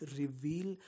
reveal